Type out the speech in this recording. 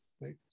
right